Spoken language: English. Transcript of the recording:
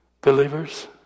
believers